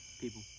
People